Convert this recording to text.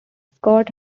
scott